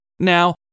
Now